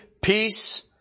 peace